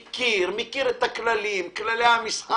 מכיר, מכיר את כל הכללים, כללי המשחק,